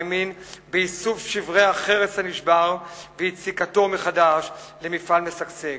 האמין באיסוף שברי החרס הנשבר ויציקתו מחדש למפעל משגשג.